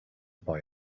boy